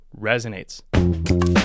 resonates